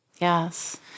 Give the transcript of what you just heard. Yes